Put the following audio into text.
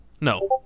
No